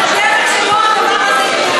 מדיח אותך.